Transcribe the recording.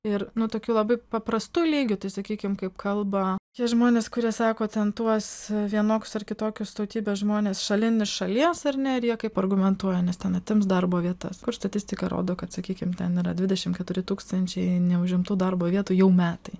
ir nu tokiu labai paprastu lygiu tai sakykim kaip kalba tie žmonės kurie sako ten tuos vienoks ar kitokios tautybės žmonės šalin iš šalies ar ne ir jie kaip argumentuoja nes ten atims darbo vietas kur statistika rodo kad sakykim ten yra dvidešimt keturi tūkstančiai neužimtų darbo vietų jau metai